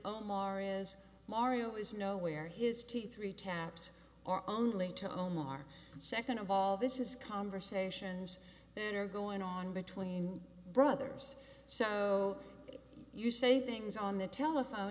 omar is mario is no where his teeth three taps are only to omar and second of all this is conversations that are going on between brothers so if you say things on the telephone